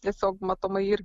tiesiog matomai irgi